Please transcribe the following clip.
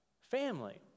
family